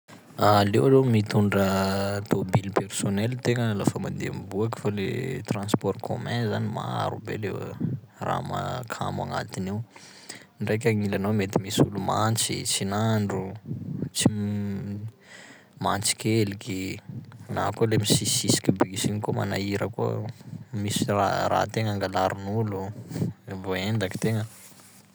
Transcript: Aleo aloha mitondra tômbily personnel tegna lafa mandeha miboaky fa le transport commun zany maro be le raha mahakamo agnatiny ao, ndraiky agnilanao mety misy olo mantsy, tsy nandro, tsy- mantsin-keliky, na koa le misisisiky bus igny koa manahira koa, misy ra- rahan-tegna angalarin'olo, voahendaky tegna.